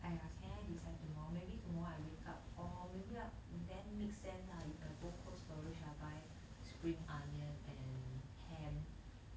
!aiya! can I decide tomorrow maybe tomorrow I wake up or maybe up then makes sense lah if I go cold storage I buy spring onion and ham